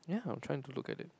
ya I'm trying to look at it